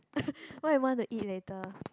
what you want to eat later